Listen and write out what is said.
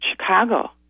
Chicago